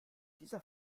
dieser